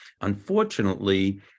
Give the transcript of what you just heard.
Unfortunately